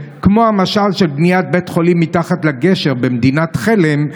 כמו המשל של בניית בית חולים מתחת לגשר במדינת חלם,